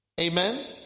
amen